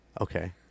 Okay